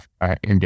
right